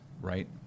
Right